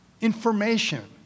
information